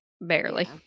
barely